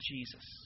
Jesus